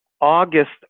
August